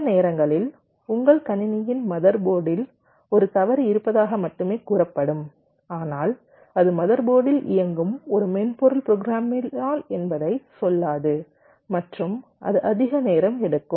சில நேரங்களில் உங்கள் கணினியின் மதர் போர்டில் ஒரு தவறு இருப்பதாக மட்டுமே கூறப்படும் ஆனால் அது மதர் போர்டில் இயங்கும் ஒரு மென்பொருள் ப்ரோக்ராமினால் என்பதை சொல்லாது மற்றும் அது அதிக நேரம் எடுக்கும்